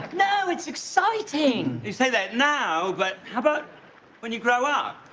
no. it's exciting. you say that now, but how about when you grow up?